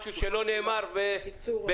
משהו שלא נאמר וקצר.